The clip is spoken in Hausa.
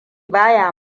baya